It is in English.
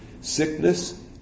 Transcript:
Sickness